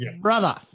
brother